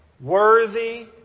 Worthy